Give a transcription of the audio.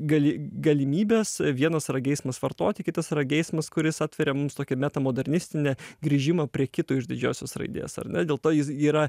gali galimybes vienas yra geismas vartoti kitas yra geismas kuris atveria mums tokį metamodernistinį grįžimą prie kito iš didžiosios raidės ar dėl to ji yra